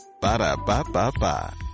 Ba-da-ba-ba-ba